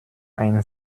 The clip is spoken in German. ein